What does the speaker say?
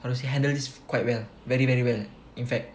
how to say handle this quite well very very well in fact